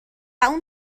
اون